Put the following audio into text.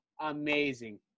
Amazing